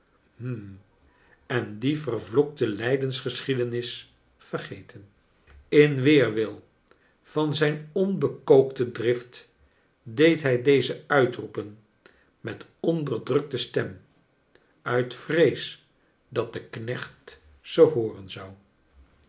en die vervloekte lijdensgeschiedenis vergeten in weerwil van zijn onbekookte drift deed hij deze uitroepen met onderdrukte stem uit vrees dat de kneeht ze hooren zou